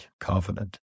covenant